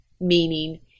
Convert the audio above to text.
meaning